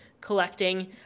collecting